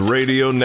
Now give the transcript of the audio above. Radio